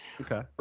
Okay